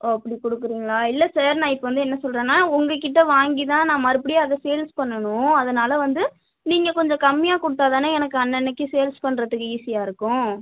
ஓ அப்படி கொடுக்குறீங்ளா இல்லை சார் நான் இப்போ வந்து என்ன சொல்றேன்னா உங்கள்கிட்ட வாங்கி தான் நான் மறுபடியும் அதை சேல்ஸ் பண்ணனும் அதனால் வந்து நீங்கள் கொஞ்சம் கம்மியாக கொடுத்தா தானே எனக்கு அன்னன்னைக்கு சேல்ஸ் பண்ணுறதுக்கு ஈசியாக இருக்கும்